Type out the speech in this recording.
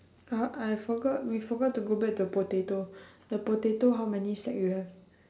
uh I forgot we forgot to go back to the potato the potato how many sack you have